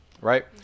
right